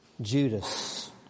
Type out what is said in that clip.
Judas